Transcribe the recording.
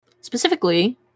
Specifically